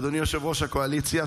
אדוני יושב-ראש הקואליציה,